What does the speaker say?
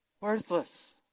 Worthless